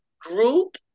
group